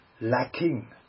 lacking